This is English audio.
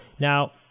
Now